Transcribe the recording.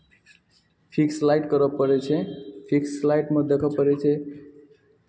fix light करय पड़ै छै फिक्स लाइटमे देखय पड़ै छै